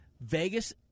Vegas